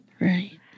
Right